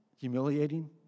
humiliating